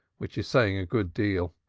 which is saying a good deal.